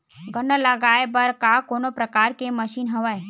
गन्ना लगाये बर का कोनो प्रकार के मशीन हवय?